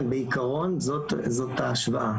כן, בעיקרון זאת ההשוואה.